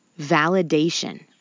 Validation